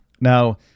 now